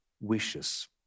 wishes